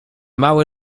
mały